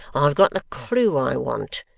i've got the clue i want,